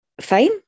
fine